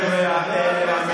למה אתה לא מוציא אותו?